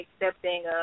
accepting